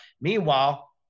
Meanwhile